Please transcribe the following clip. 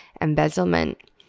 embezzlement